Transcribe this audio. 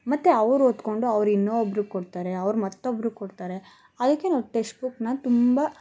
ಮತ್ತೆ ಅವ್ರೋದ್ಕೊಂಡು ಅವ್ರು ಇನ್ನೊಬ್ರಿಗೆ ಕೊಡ್ತಾರೆ ಅವ್ರು ಮತ್ತೊಬ್ರಿಗೆ ಕೊಡ್ತಾರೆ ಅದಕ್ಕೆ ನಾವು ಟೆಕ್ಸ್ಟ್ ಬುಕ್ಕನ್ನ ತುಂಬ